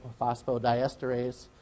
phosphodiesterase